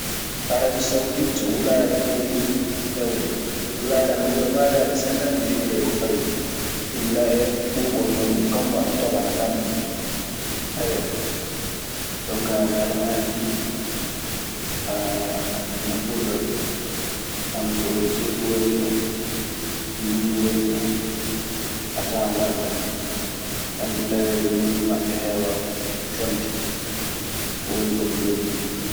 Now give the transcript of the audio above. Arabi saodite wulare ɓuri hewde, wulare ana yaha fa sinkante degere e ko fawi, illa e ɓubol mudum, kammu ana toɓa ana fanɗi. Ayyo, jonkaa ñalawmaaji ɗii na ɓurda, hono so ceeɗu warii en, ndunngu warii en a tawan waldaa. Kamɓe taweede ndunngu maɓɓe heewaa fu. Colte, ɗun woni ko ɓe njogii.